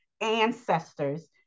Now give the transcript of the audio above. ancestors